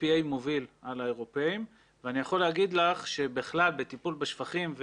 ה-EPA מוביל על האירופאים ואני יכול לומר לך שבכלל בטיפול בשפכים,